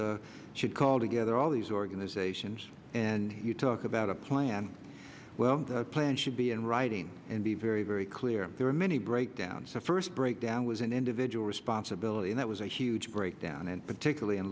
should should call together all these organizations and you talk about a plan well the plan should be in writing and be very very clear there are many breakdowns the first breakdown was an individual responsibility and it was a huge breakdown and particularly in